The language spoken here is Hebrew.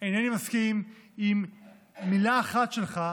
אינני מסכים עם מילה אחת שלך,